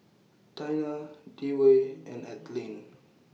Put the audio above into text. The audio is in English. Taina Dewey and Ethelene